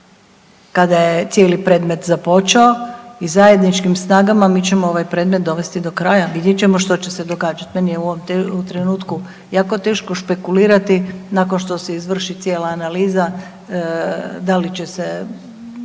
kada je cijeli predmet započeo i zajedničkim snagama mi ćemo ovaj predmet dovesti do kraja. Vidjet ćemo što će se događati. Meni je u ovom trenutku jako teško špekulirati nakon što se izvrši cijela analiza da li će se,